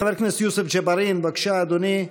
חבר הכנסת יוסף ג'בארין, בבקשה, אדוני.